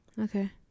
Okay